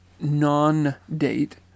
non-date